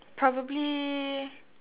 probably